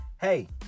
hey